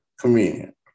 convenient